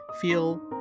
feel